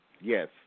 Yes